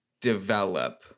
develop